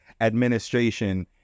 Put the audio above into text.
administration